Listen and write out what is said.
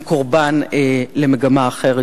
הם קורבן למגמה אחרת,